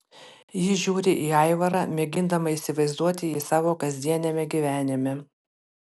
ji žiūri į aivarą mėgindama įsivaizduoti jį savo kasdieniame gyvenime